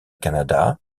canada